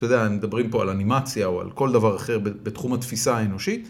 אתה יודע, מדברים פה על אנימציה או על כל דבר אחר בתחום התפיסה האנושית.